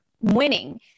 winning